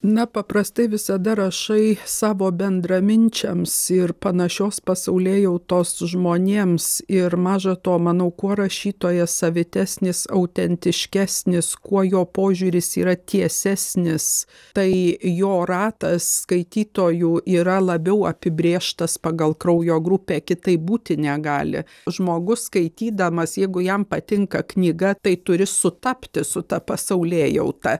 na paprastai visada rašai savo bendraminčiams ir panašios pasaulėjautos žmonėms ir maža to manau kuo rašytojas savitesnis autentiškesnis kuo jo požiūris yra tiesesnis tai jo ratas skaitytojų yra labiau apibrėžtas pagal kraujo grupę kitaip būti negali žmogus skaitydamas jeigu jam patinka knyga tai turi sutapti su ta pasaulėjauta